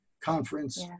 conference